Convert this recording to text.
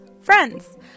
friends